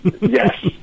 Yes